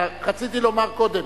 רציתי לומר קודם,